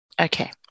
Okay